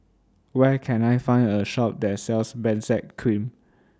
Where Can I Find A Shop that sells Benzac Cream